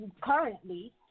currently